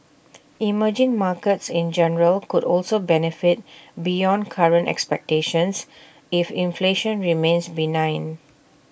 emerging markets in general could also benefit beyond current expectations if inflation remains benign